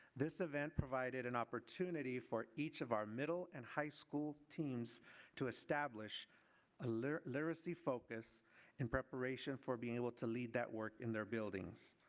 this event provided an opportunity for each of our middle and high school teams to establish ah a literacy focus and preparation for being able to lead that work in their building.